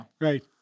right